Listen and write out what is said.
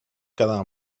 quedar